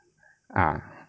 ah